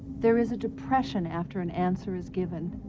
there is a depression after an answer is given.